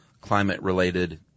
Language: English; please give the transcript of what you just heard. climate-related